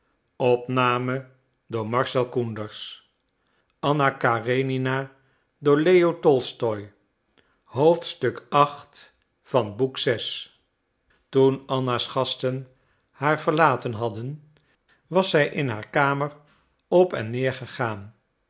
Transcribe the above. toen anna's gasten haar verlaten hadden was zij in haar kamer op en neer gegaan